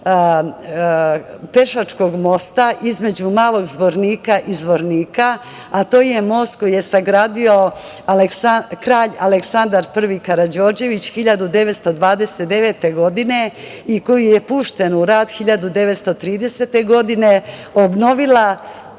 između Malog Zvornika i Zvornika, a to je most koji je sagradio kralj Aleksandar Prvi Karađorđević 1929. godine i koji je pušten u rad 1930. godine obnovila